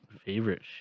Favorite